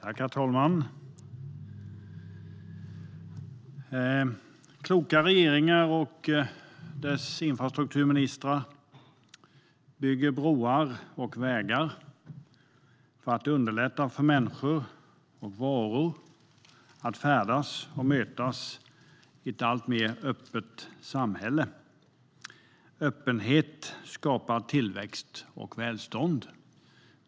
Herr talman! Kloka regeringar och deras infrastrukturministrar bygger broar och vägar för att underlätta för människor och varor att färdas och mötas i ett alltmer öppet samhälle. Öppenhet skapar tillväxt och välstånd.